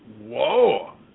Whoa